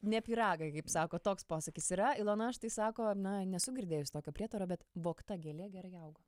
ne pyragai kaip sako toks posakis yra ilona štai sako na nesu girdėjus tokio prietaro bet vogta gėlė gerai auga